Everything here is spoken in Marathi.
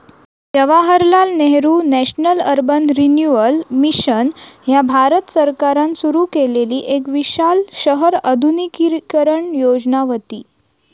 Jawaharlal Nehru national urban renewal mission ह्या भारत सरकारान सुरू केलेली एक विशाल शहर आधुनिकीकरण योजना व्हती